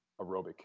aerobic